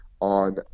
on